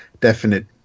definite